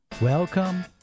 Welcome